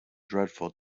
dreadful